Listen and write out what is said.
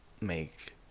make